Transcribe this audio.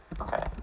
Okay